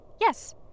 Yes